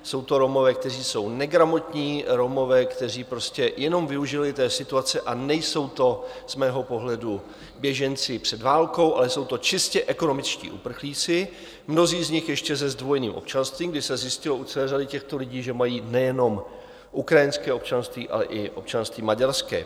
Jsou to Romové, kteří jsou negramotní, Romové, kteří jenom využili situace a nejsou to z mého pohledu běženci před válkou, ale jsou to čistě ekonomičtí uprchlíci, mnozí z nich ještě se zdvojeným občanstvím, kdy se zjistilo u celé řady těchto lidí, že mají nejenom ukrajinské občanství, ale i občanství maďarské.